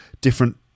different